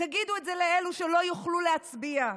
תגידו את זה לאלו שלא יוכלו להצביע,